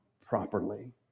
properly